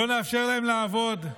לא נאפשר להם לעבוד,